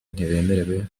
ntibemerewe